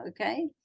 okay